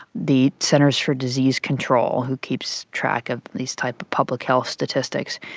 the centres for disease control who keeps track of these type of public health statistics,